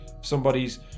somebody's